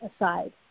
aside